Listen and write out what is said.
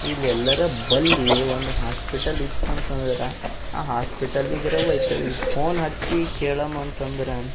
ಇಲ್ಲೆಲ್ಲಾರ ಬಲ್ಲಿ ಒಂದು ಹಾಸ್ಪಿಟಲ್ ಇತ್ತು ಅಂತಂದ್ರೆ ಆ ಹಾಸ್ಪಿಟಲಿಗಾರ ೊಯ್ತಿವಿ ಫೋನ್ ಹಚ್ಚಿ ಕೇಳುಮ ಅಂತಂದ್ರೆ